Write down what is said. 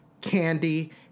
Candy